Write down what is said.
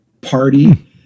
party